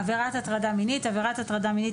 "עבירת הטרדה מינית" עבירת הטרדה מינית